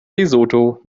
lesotho